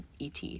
ET